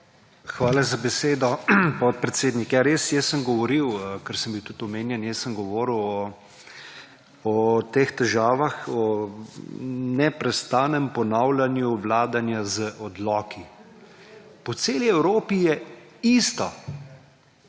Hvala za besedo, podpredsednik. Jaz sem govoril, ker sem bil tudi omenjen jaz sem govoril o teh težavah o neprestanem ponavljanju vladanje z odloki. Po celi Evropi je isto,